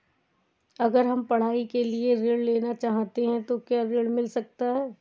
अगर हम पढ़ाई के लिए ऋण लेना चाहते हैं तो क्या ऋण मिल सकता है?